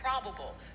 probable